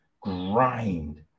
grind